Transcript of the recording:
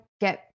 get